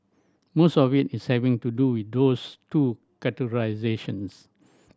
most of it is having to do with those two categorisations